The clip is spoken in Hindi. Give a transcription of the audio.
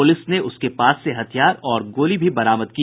पुलिस ने उसके पास से हथियार और गोली भी बरामद की